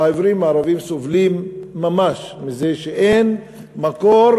והעיוורים הערבים סובלים ממש מזה שאין מקור